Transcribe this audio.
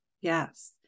yes